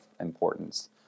importance